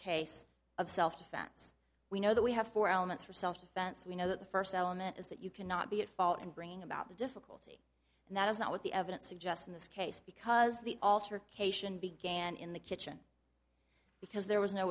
case of self defense we know that we have four elements for self defense we know that the first element is that you cannot be at fault and bring about the difficulty and that is not what the evidence suggests in this case because the altar cation began in the kitchen because there was no